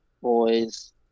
boys